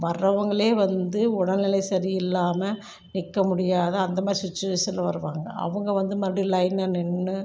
வர்றவங்களே வந்து உடல்நிலை சரியில்லாமல் நிற்க முடியாத அந்த மாதிரி சுச்சுவேஷனில் வருவாங்க அவங்க வந்து மறுபடியும் லைனில் நின்று